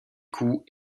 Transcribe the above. coups